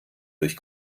durch